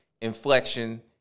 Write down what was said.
inflection